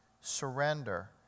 surrender